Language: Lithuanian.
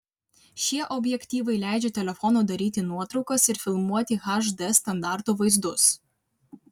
šie objektyvai leidžia telefonu daryti nuotraukas ir filmuoti hd standarto vaizdus